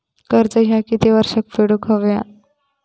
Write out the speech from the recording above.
कर्ज ह्या किती वर्षात फेडून हव्या?